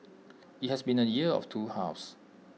IT has been A year of two halves